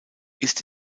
ist